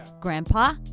grandpa